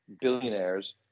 billionaires